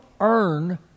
earn